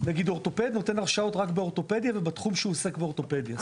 אורתופד נותן הרשאות רק באורתופדיה ובתחום שהוא עוסק באורתופדיה.